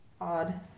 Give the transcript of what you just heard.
Odd